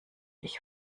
ich